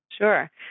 Sure